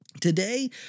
Today